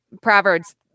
Proverbs